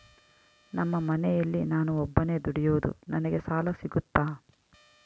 ನಮ್ಮ ಮನೆಯಲ್ಲಿ ನಾನು ಒಬ್ಬನೇ ದುಡಿಯೋದು ನನಗೆ ಸಾಲ ಸಿಗುತ್ತಾ?